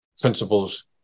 principles